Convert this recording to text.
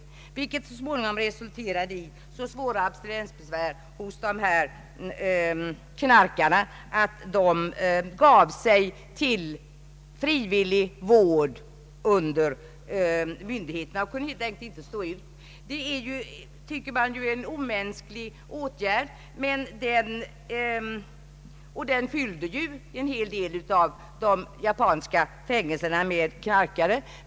Detta resulterade så småningom i så svåra abstinensbesvär hos knarkarna att de gav sig och frivilligt underkastade sig vård. Detta Om samhällets vårduppgifter m.m. kan tyckas vara en omänsklig åtgärd, och den resulterade i att en hel del av de japanska fängelserna fylldes med knarkare.